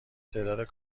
تعداد